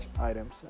items